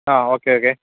ആ okay okay